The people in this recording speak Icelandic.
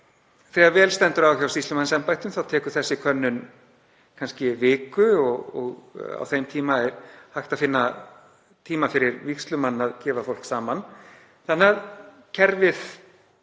Þegar vel stendur á hjá sýslumannsembættum tekur sú könnun kannski viku og á þeim tíma er hægt að finna tíma fyrir vígslumann að gefa fólk saman. Kerfið